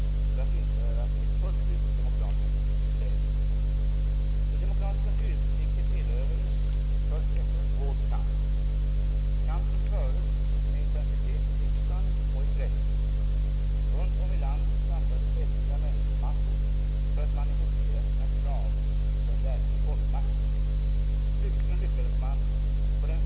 Som bekant måste beslut fattas om såväl den långsiktiga lösningen av riksdagens lokalfrågor som den övergångslösning vi under alla omständigheter måste leva med ett antal år. Det är i år 50 år sedan riksdagen fattade beslut om att avlägsna de sista resterna av det fördemokratiska statsskicket för att införa ett fullt ut demokratiskt system. Det demokratiska styrelseskicket erövrades först efter hård kamp. Den kampen fördes med intensitet i riksdagen och i pressen, och runtom i landet samlades väldiga människomassor för att manifestera sina krav på en verklig folkmakt. Slutligen lyckades man på den fredliga övertygelsens väg bryta det konservativa motståndet.